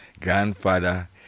grandfather